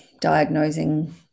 diagnosing